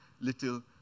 little